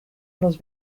los